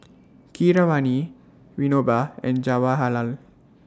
Keeravani Vinoba and Jawaharlal